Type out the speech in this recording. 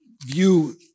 view